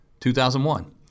2001